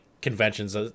conventions